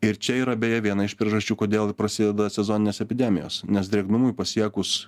ir čia yra beje viena iš priežasčių kodėl prasideda sezoninės epidemijos nes drėgnumui pasiekus